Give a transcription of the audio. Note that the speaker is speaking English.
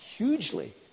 Hugely